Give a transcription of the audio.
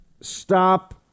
Stop